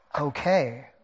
okay